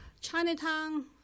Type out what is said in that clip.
Chinatown